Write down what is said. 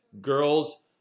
girls